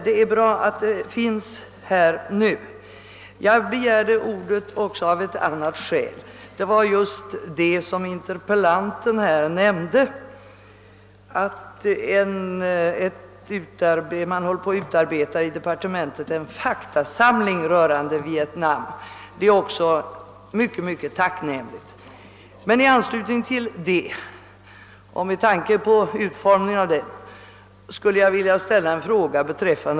Det andra skälet till att jag begärt ordet var uppgiften i svaret — vilken interpellanten också har berört — att man i departementet håller på att utarbeta en faktasamling rörande Vietnam. Detta är också mycket tacknämligt. Men i anslutning härtill och med tanke på utformningen av faktasamlingen skulle jag vilja ställa en fråga.